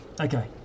Okay